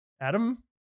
Adam